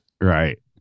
Right